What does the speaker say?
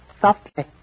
softly